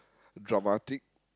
dramatic